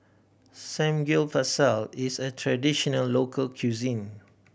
samgeyopsal is a traditional local cuisine